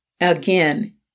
Again